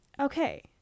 okay